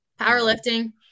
powerlifting